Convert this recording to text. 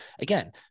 again